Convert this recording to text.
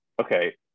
okay